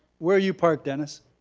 where are you parked dennis?